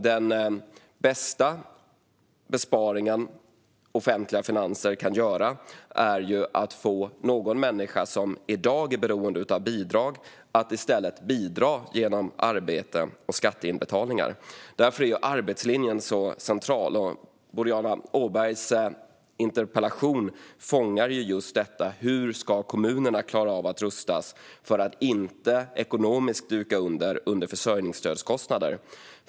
Den bästa besparing som kan göras i offentliga finanser är att få någon människa som i dag är beroende av bidrag att i stället bidra genom arbete och skatteinbetalningar. Därför är arbetslinjen så central. Boriana Åbergs interpellation fångar just detta: Hur ska kommunerna rustas för att inte duka under ekonomiskt på grund av försörjningsstödskostnader?